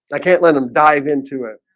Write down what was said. i can't let them dive into it,